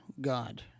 God